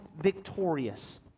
victorious